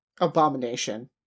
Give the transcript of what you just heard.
Abomination